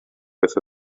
beth